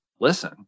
listen